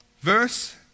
Verse